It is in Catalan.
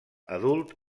adult